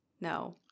No